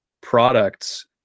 products